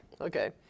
Okay